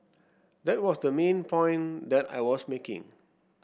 that was the main point that I was making